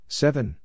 seven